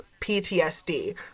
PTSD